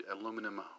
aluminum